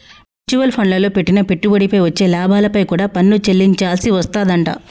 mutual ఫండ్లల్లో పెట్టిన పెట్టుబడిపై వచ్చే లాభాలపై కూడా పన్ను చెల్లించాల్సి వస్తాదంట